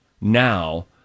now